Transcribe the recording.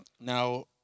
Now